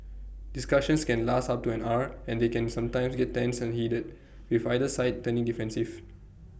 discussions can last up to an hour and they can sometimes get tense and heated with either side turning defensive